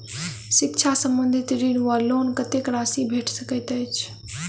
शिक्षा संबंधित ऋण वा लोन कत्तेक राशि भेट सकैत अछि?